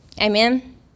Amen